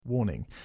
Warning